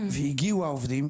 והגיעו העובדים,